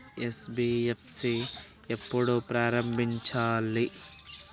NBFC ఎప్పుడు ప్రారంభించిల్లు?